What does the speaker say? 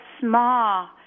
small